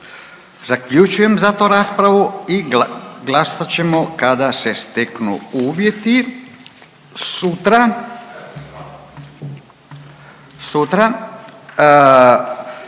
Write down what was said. Zaključujem zato raspravu i glasat ćemo kada se steknu uvjeti. Sutra, sutra